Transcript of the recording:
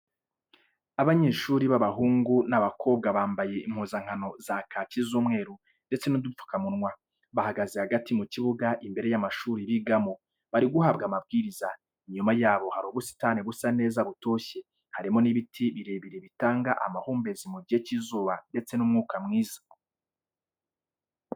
Abanyeshuri b'abahungu n'abakobwa bambaye impuzankano za kaki n'umweru ndetse n'udupfukamunwa, bahagaze hagati mu kibuga imbere y'amashuri bigamo, bari guhabwa amabwiriza, inyuma yabo hari ubusitani busa neza butoshye, harimo n'ibiti birebire bitanga amahumbezi mu gihe cy'izuba ndetse n'umwuka mwiza.